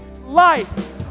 life